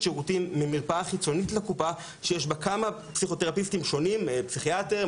שירותים ממרפאה חיצונית לקופה שיש בה כמה פסיכותרפיסטים שונים פסיכיאטר,